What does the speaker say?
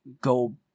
go